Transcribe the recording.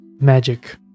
magic